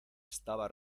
estaba